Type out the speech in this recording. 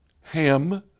Ham